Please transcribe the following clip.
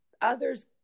others